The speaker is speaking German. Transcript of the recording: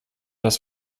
das